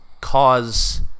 cause –